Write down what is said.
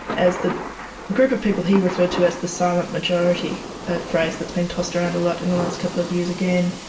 as the group of people he referred to as the silent majority a phrase that's been tossed around a lot in the last couple of years again